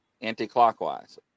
Anti-clockwise